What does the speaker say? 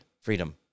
freedom